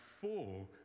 four